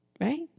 right